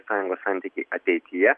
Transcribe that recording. sąjungos santykiai ateityje